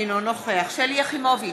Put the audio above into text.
אינו נוכח שלי יחימוביץ,